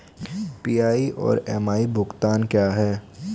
PI और MI भुगतान क्या हैं?